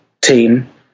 team